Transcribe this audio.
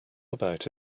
about